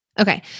Okay